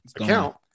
account